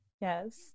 Yes